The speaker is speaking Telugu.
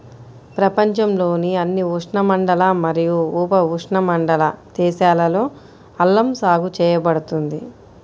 ప్రపంచంలోని అన్ని ఉష్ణమండల మరియు ఉపఉష్ణమండల దేశాలలో అల్లం సాగు చేయబడుతుంది